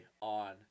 on